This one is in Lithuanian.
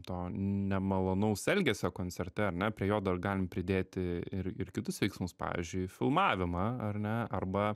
to nemalonaus elgesio koncerte ar ne prie jo dar galim pridėti ir ir kitus veiksmus pavyzdžiui filmavimą ar ne arba